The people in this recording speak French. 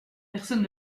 personne